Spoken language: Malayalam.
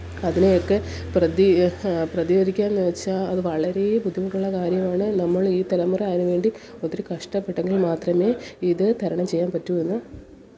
അതിനെയൊക്കെ പ്രതി പ്രതികരിക്കുക എന്ന് വച്ചാൽ അത് വളരെ ബുദ്ധിമുട്ടുള്ള കാര്യമാണ് നമ്മളെ ഈ തലമുറ അതിന് വേണ്ടി ഒത്തിരി കഷ്ടപ്പെട്ടെങ്കിൽ മാത്രമേ ഇത് തരണം ചെയ്യാൻ പറ്റു എന്ന്